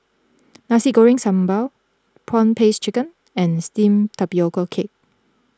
Nasi Goreng Sambal Prawn Paste Chicken and Steamed Tapioca Cake